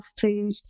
food